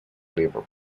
liverpool